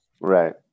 Right